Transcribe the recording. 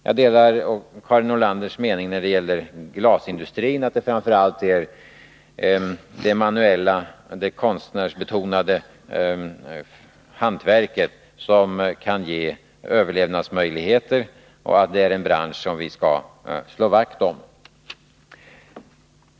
Jag delar Karin Nordlanders mening när det gäller glasindustrin, att det framför allt är det manuella, konstnärsbetonade hantverket som kan ge överlevnadsmöjligheter och att det är en bransch som vi skall slå vakt om.